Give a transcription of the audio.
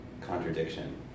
contradiction